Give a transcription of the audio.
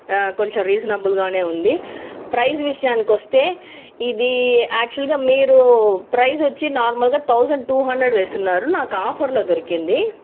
కొంచం రీజనబుల్గా ఉంది ప్రైజ్ విషయానికి వస్తే ఇది యాక్చువల్గా మీరు ప్రైజ్ వచ్చి నార్మల్గా థౌసండ్ టూ హండ్రెడ్ వేసినారు నాకు ఆఫర్లో దొరికింది